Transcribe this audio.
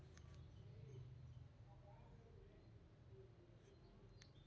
DDUAY ಇದ್ದಿದ್ದಕ್ಕ ಒಂದ ಅರ್ಥ ಪೂರ್ಣ ಮತ್ತ ಸುಸ್ಥಿರ ಜೇವನೊಪಾಯ ನಡ್ಸ್ಲಿಕ್ಕೆ ಅನಕೂಲಗಳಾಗ್ತಾವ